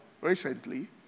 recently